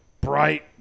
bright